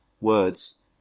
words